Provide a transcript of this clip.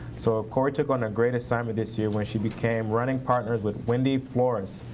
so corrie took on a great assignment this year when she became running partners with wendy flores,